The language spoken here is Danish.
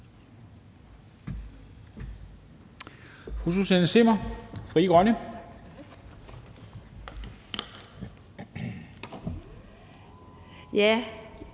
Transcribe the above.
Ja.